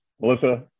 Melissa